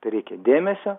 tereikia dėmesio